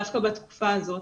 דווקא בתקופה הזאת.